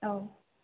औ